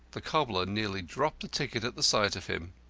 the cobbler nearly dropped the ticket at the sight of him.